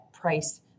price